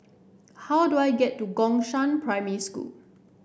how do I get to Gongshang Primary School